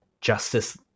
justice